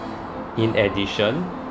in addition